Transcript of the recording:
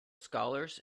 scholars